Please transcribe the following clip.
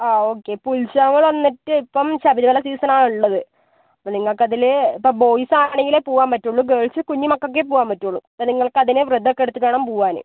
ആ ഓക്കെ ഇപ്പം ഉത്സവം വന്നിട്ട് ഇപ്പം ശബരിമല സീസണാണ് ഉള്ളത് അപ്പം നിങ്ങൾക്കതിൽ ഇപ്പം ബോയിസാണങ്കിലേ പോവാൻ പറ്റുള്ളൂ ഗേൾസ് കുഞ്ഞു മക്കൾക്കേ പോവാൻ പറ്റുള്ളൂ നിങ്ങൾക്കതിന് വ്രതൊക്കെ എടുത്തിട്ട് വേണം പോവാൻ